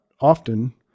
often